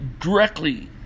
directly